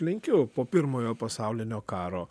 lenkiu po pirmojo pasaulinio karo